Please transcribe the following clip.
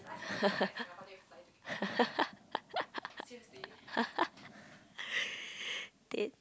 dead